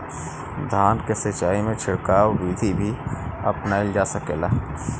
धान के सिचाई में छिड़काव बिधि भी अपनाइल जा सकेला?